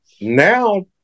now